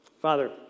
Father